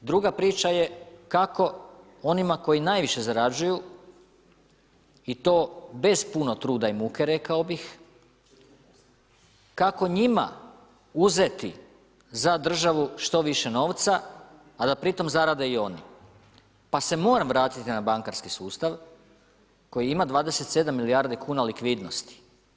Druga priča je kako onima koji najviše zarađuju i to bez puno truda i muke rekao bih, kako njima uzeti za državu što više novca, a da pri tom zarade i oni pa se moram vratit na bankarski sustav koji ima 27 milijardi kuna likvidnosti.